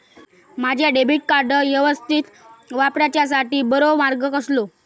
माजा debit card यवस्तीत वापराच्याखाती बरो मार्ग कसलो?